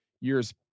years